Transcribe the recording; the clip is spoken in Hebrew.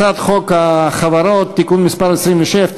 הצעת חוק החברות (תיקון מס' 26),